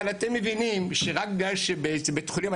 אבל רק בגלל שבבית חולים מסוים,